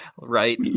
right